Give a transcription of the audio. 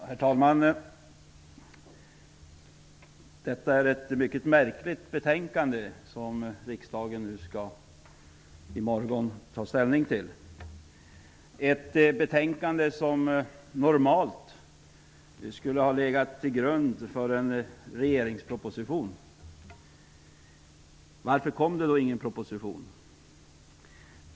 Herr talman! Det är ett mycket märkligt betänkande som riksdagen skall ta ställning till i morgon, ett betänkande som normalt skulle ha legat till grund för en regeringsproposition. Varför blev det då ingen proposition?